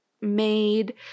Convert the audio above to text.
made